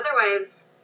Otherwise